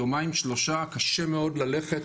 יומיים-שלושה קשה מאוד ללכת,